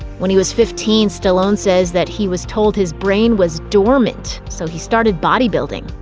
when he was fifteen, stallone says that he was told his brain was dormant, so he started bodybuilding.